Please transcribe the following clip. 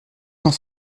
cent